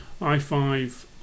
i5